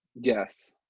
Yes